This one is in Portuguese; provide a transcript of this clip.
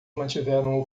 mantiveram